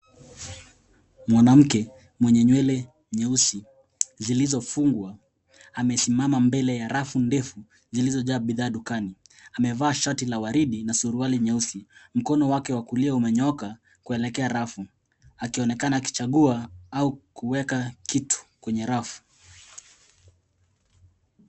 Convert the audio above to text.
Mwanamke mwenye nywele nyeusi zilizofungwa amesimama mbele ya rafu ndefu zilizojaa bidhaa dukani. Amevaa shati la waridi na suruali nyeusi. Mkono wake wa kulia umenyooka kuelekea rafu akionekana akichagua au kuweka kitu kwenye rafu.